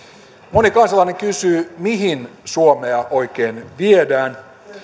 moni kansalainen kysyy mihin suomea oikein viedään